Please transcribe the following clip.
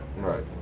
Right